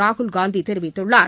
ராகுல்காந்தி தெரிவித்துள்ளார்